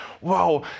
wow